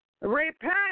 repent